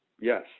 Yes